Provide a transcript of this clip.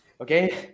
Okay